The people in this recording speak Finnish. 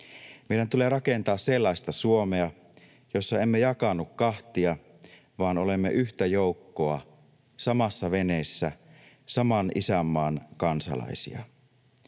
Meidän tulee rakentaa sellaista Suomea, jossa emme jakaannu kahtia vaan olemme yhtä joukkoa, samassa veneessä, saman isänmaan kansalaisia.